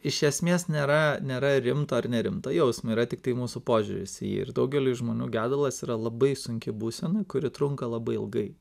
iš esmės nėra nėra rimto ar nerimto jausmo yra tiktai mūsų požiūris į jį ir daugeliui žmonių gedulas yra labai sunki būsena kuri trunka labai ilgai